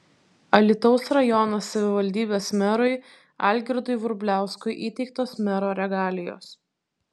alytaus rajono savivaldybės merui algirdui vrubliauskui įteiktos mero regalijos